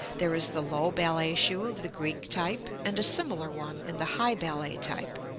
there is the low ballet shoe of the greek type, and a similar one in the high ballet type.